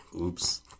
Oops